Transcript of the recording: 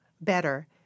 better